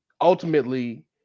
ultimately